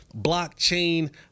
blockchain